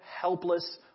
helpless